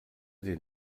den